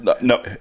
no